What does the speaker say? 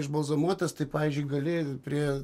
išbalzamuotas tai pavyzdžiui gali prie